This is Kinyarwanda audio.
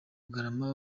rugarama